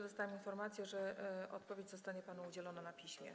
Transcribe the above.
Dostałam informację, że odpowiedź zostanie panu udzielona na piśmie.